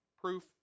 proof